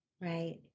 Right